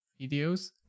videos